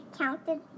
counted